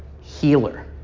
healer